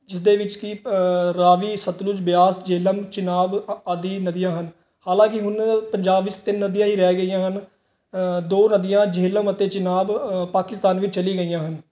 ਜਿਸਦੇ ਵਿੱਚ ਕਿ ਰਾਵੀ ਸਤਲੁਜ ਬਿਆਸ ਜੇਹਲਮ ਚਨਾਬ ਆ ਆਦਿ ਨਦੀਆਂ ਹਨ ਹਾਲਾਂਕਿ ਹੁਣ ਪੰਜਾਬ ਵਿੱਚ ਤਿੰਨ ਨਦੀਆਂ ਹੀ ਰਹਿ ਗਈਆਂ ਹਨ ਦੋ ਨਦੀਆਂ ਜੇਹਲਮ ਅਤੇ ਚਨਾਬ ਪਾਕਿਸਤਾਨ ਵਿੱਚ ਚਲੀ ਗਈਆਂ ਹਨ